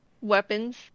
weapons